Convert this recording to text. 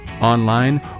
online